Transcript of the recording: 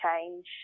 change